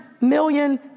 million